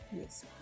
Yes